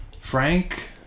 Frank